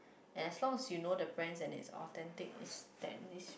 as longs you know the brand and it's authentic is that needs